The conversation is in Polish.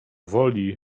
woli